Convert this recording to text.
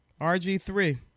RG3